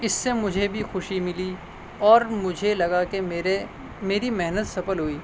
اس سے مجھے بھی خوشی ملی اور مجھے لگا کہ میرے میری محنت سفل ہوئی